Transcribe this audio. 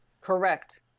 Correct